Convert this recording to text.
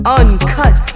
uncut